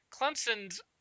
Clemson's